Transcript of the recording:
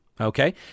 Okay